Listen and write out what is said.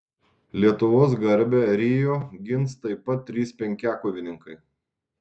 lietuvos garbę rio gins taip pat trys penkiakovininkai